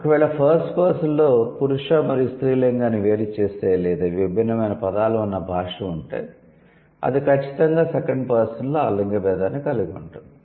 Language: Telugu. ఒకవేళ ఫస్ట్ పర్సన్లో పురుష మరియు స్త్రీ లింగాన్ని వేరుచేసే లేదా విభిన్నమైన పదాలు ఉన్న భాష ఉంటే అది ఖచ్చితంగా సెకండ్ పర్సన్ లో ఆ లింగ భేదాన్ని కలిగి ఉంటుంది